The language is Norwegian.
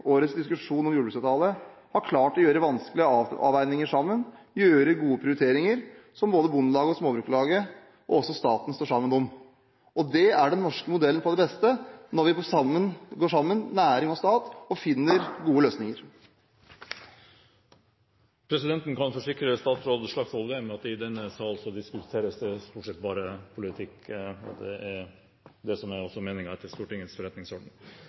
årets diskusjon om jordbruksavtale har klart å gjøre vanskelige avveininger sammen, og gjøre gode prioriteringer som både Bondelaget, Småbrukarlaget, og også staten står sammen om. Det er den norske modellen på sitt beste – når vi går sammen, næring og stat, og finner gode løsninger. Presidenten kan forsikre statsråd Slagsvold Vedum at i denne sal diskuteres det stort sett bare politikk, og det er det som er også meningen etter Stortingets forretningsorden.